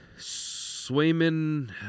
Swayman